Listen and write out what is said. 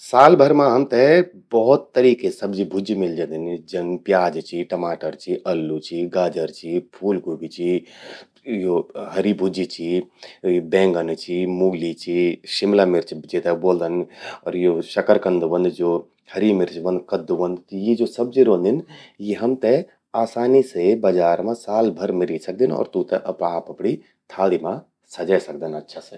साल भर मां हमते भौत करीके सब्जी भुज्जी मिलि जंदिन। जन प्याज चि, टमाटर चि, अल्लू चि, गाजर चि, फूल ग्वोभि चि, यो हरी भुज्जि चि, बैंगन चि, मूली चि, शिमला मिर्च जेते ब्वोदन, शकरकंद ह्वंद, हरी मिर्च ह्वंद, कद्दू ह्वंद..ये ज्वो सब्जी रौंदिन यी हमते आसानी से साल भर बजार मां मिली सकदिन और तूंते आप अपणी थाली मां सजे सकदन अच्छा से।